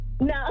No